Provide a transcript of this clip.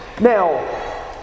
Now